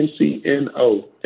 NCNO